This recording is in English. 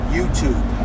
YouTube